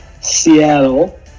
Seattle